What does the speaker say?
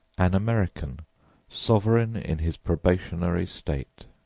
an american sovereign in his probationary state.